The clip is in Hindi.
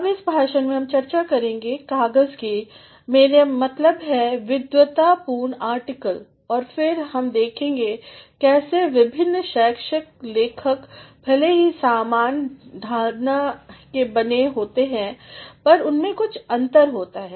अब इस भाषण में हम चर्चा करेंगे कागज़ की मेरा मतलब विद्वत्तापूर्ण आर्टिकल और फिर हम देखंगे कैसे विभिन्न शैक्षिक लेखक भले ही सामान ढालना के बने लगते हैं उनमें कुछ अंतर होते हैं